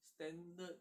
standard